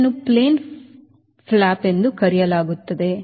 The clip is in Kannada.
ಇದನ್ನು ಪ್ಲೇನ್ ಫ್ಲಾಪ್ ಎಂದು ಕರೆಯಲಾಗುತ್ತದೆ